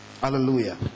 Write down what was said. Hallelujah